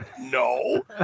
no